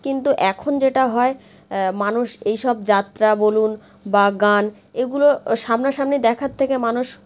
কিন্তু এখন যেটা হয় মানুষ এইসব যাত্রা বলুন বা গান এগুলো সামনা সামনি দেখার থেকে মানুষ